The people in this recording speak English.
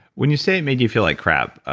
when you say made you feel like crap, ah